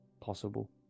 possible